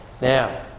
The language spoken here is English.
Now